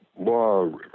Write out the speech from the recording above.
law